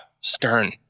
stern